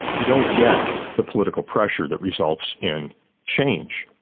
you don't get the political pressure that results in change.